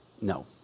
no